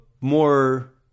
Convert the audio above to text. more